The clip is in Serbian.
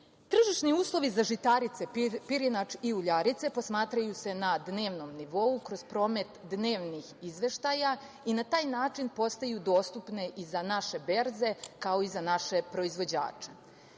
uslovi za žitarice, pirinač i uljarice, posmatraju se na dnevnom nivou, kroz promet dnevnih izveštaja i na taj način postaju dostupne i za naše berze, kao i za naše proizvođače. Ove